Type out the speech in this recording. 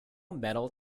medal